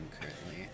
currently